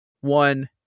one